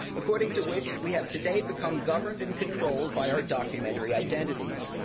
according to which we have today become governed and controlled by our documentary identities,